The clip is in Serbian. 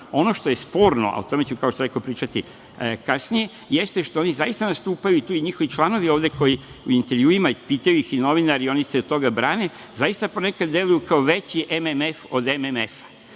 što je sporno, a o tome ću, kao što je rekoh, pričati kasnije, jeste što oni zaista nastupaju, i tu i njihovi članovi ovde, koji u intervjuima, pitaju ih i novinari, i oni se od toga brane, zaista ponekad deluju kao veći MMF od MMF.